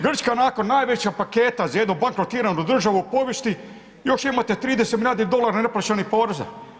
Grčka nakon najveća paketa za jednu bankrotiranu državu u povijesti, još imate 30 milijardi dolara neplaćenih poreza.